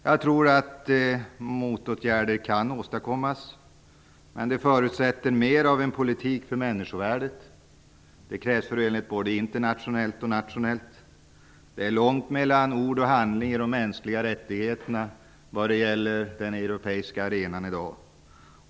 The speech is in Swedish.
Jag tror att motåtgärder kan åstadkommas, men det förutsätter mer av en politik för människovärdet. Det krävs för övrigt både internationellt och nationellt. Det är i dag långt mellan ord och handling i fråga om de mänskliga rättigheterna på den europeiska arenan.